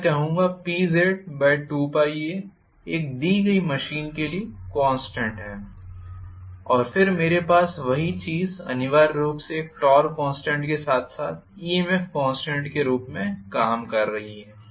तो मैं कहूंगा PZ2πa एक दी गई मशीन के लिए कॉन्स्टेंट है और फिर मेरे पास वही चीज़ अनिवार्य रूप से टॉर्क कॉन्स्टेंट के साथ साथ EMF कॉन्स्टेंट के रूप में काम कर रही है